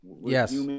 yes